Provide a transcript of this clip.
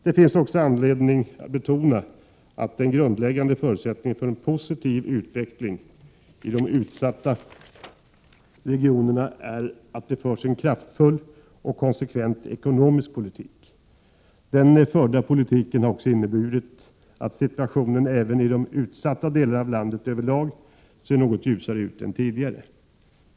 Det finns också anledning att betona att den grundläggande förutsättningen för en positiv utveckling i de utsatta regionerna är att det förs en kraftfull och konsekvent ekonomisk politik. Den förda politiken har också inneburit att situationen även i de utsatta delarna av landet överlag ser något ljusare ut än tidigare.